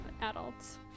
adults